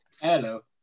Hello